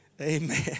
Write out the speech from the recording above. Amen